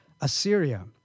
Assyria